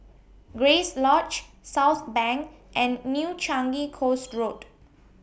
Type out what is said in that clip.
Grace Lodge Southbank and New Changi Coast Road